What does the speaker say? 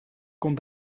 kon